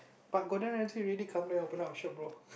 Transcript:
but Gordon-Ramsay already come there open up shop bro